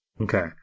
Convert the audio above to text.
Okay